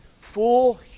full